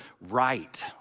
right